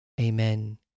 Amen